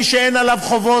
מי שאין עליו חובות,